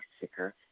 sicker